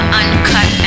uncut